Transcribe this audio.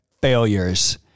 failures